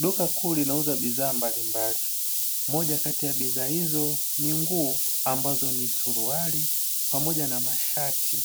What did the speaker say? Duka kuu linauza bidhaa mbalimbali, moja kati ya bidhaa hiyo ni nguo ambazo ni suruali pamoja na mashati